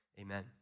Amen